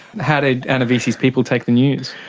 how did anna vissi's people take the news?